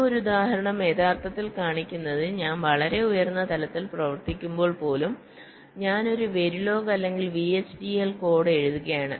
ഈ ഉദാഹരണം യഥാർത്ഥത്തിൽ കാണിക്കുന്നത് ഞാൻ വളരെ ഉയർന്ന തലത്തിൽ പ്രവർത്തിക്കുമ്പോൾ പോലും ഞാൻ ഒരു വെരിലോഗ് അല്ലെങ്കിൽ VHDL കോഡ് എഴുതുകയാണ്